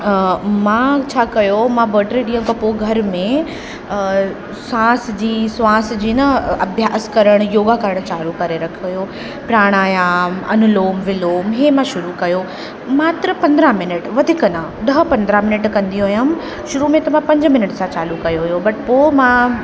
मां छा कयो मां ॿ टे ॾींहं खां पोइ घर में श्वास जी श्वास जी न अभ्यास करण योगा करण चालू करे रखियो हुओ प्राणायाम अनुलोम विलोम इहे न शुरू कयो मात्र पंद्रहं मिनट वधीक न ॾह पंद्रहं मिनट कंदी हुअमि शुरू में त मां पंज मिनट सां चालू कयो हुओ बट पोइ मां